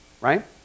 right